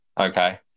okay